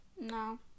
No